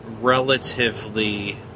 relatively